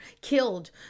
killed